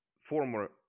former